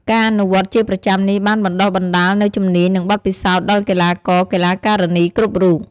ការអនុវត្តន៍ជាប្រចាំនេះបានបណ្ដុះបណ្ដាលនូវជំនាញ និងបទពិសោធន៍ដល់កីឡាករ-កីឡាការិនីគ្រប់រូប។